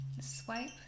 swipe